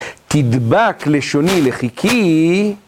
תדבק לשוני לחכי.